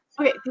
Okay